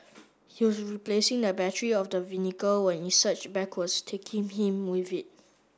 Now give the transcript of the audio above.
he was replacing the battery of the when it surged backwards taking him with it